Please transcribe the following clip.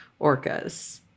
orcas